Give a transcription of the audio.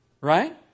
Right